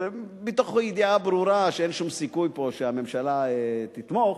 מתוך ידיעה ברורה שאין שום סיכוי פה שהממשלה תתמוך,